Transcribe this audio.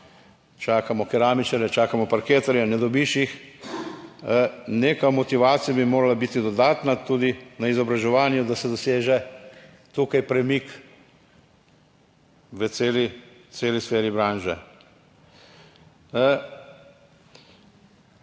čakamo keramičarje, čakamo parketarja, ne dobiš jih. Neka motivacija bi morala biti dodatna tudi na izobraževanju, da se doseže tukaj premik v celi, celi sferi branže.